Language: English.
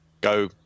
go